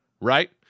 right